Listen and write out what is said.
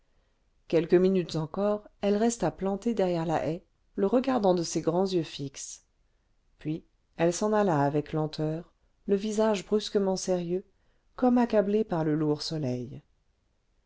quelques minutes encore elle resta plantée derrière la haie le regardant de ses grands yeux fixes puis elle s'en alla avec lenteur le visage brusquement sérieux comme accablée par le lourd soleil